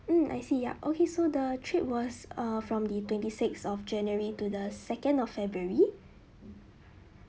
mm I see ya okay so the trip was uh from the twenty six of january to the second of february